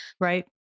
Right